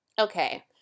Okay